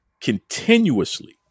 continuously